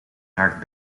draagt